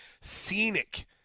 scenic